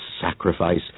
sacrifice